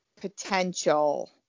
potential